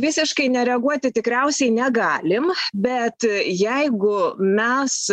visiškai nereaguoti tikriausiai negalim bet jeigu mes